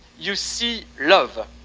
you see love